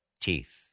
teeth